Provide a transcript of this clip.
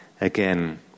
again